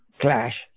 clash